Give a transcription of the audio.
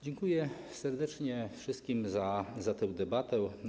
Dziękuję serdecznie wszystkim za tę debatę.